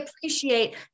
appreciate